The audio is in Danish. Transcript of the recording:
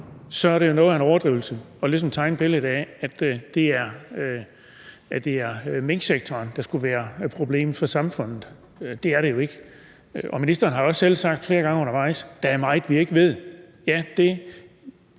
så er det jo noget af en overdrivelse ligesom at tegne et billede af, at det er minksektoren, der skulle være problemet for samfundet; det er det jo ikke. Ministeren har også selv sagt flere gange undervejs, at der er meget, vi ikke ved. Ja, det